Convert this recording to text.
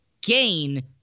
gain